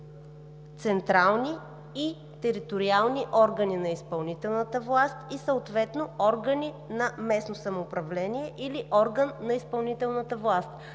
„централни и териториални органи на изпълнителната власт“ и съответно „органи на местно самоуправление“ или „орган на изпълнителната власт“.